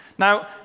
Now